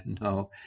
No